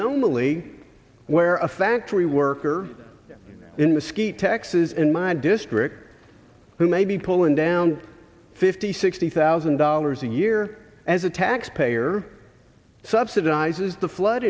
omaly where a factory worker in the ski taxes in my district who may be pulling down fifty sixty thousand dollars a year as a taxpayer subsidizes the flood